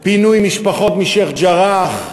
פינוי משפחות משיח'-ג'ראח,